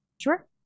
Sure